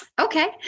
Okay